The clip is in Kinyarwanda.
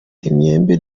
imyembe